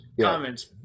comments